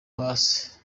hasi